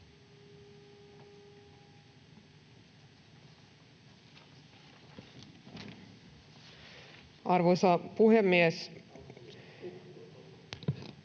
Arvoisa puhemies,